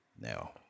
Now